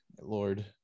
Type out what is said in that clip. Lord